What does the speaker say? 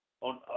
on